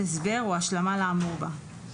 הסבר או השלמה לאמור בה.